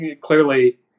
clearly